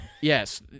Yes